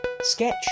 Sketch